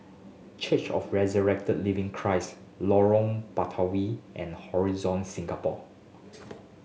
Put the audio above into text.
Church of Resurrected Living Christ Lorong Batawi and Horizon Singapore